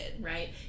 Right